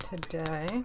today